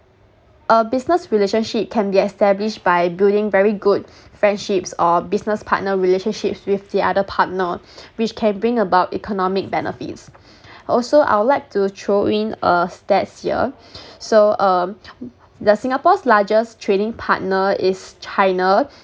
a business relationship can be established by building very good friendships or business partner relationships with the other partner which can bring about economic benefits also I would like to throw in a stats here so um the singapore's largest trading partner is china